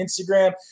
Instagram